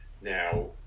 Now